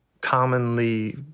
commonly